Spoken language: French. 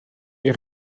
est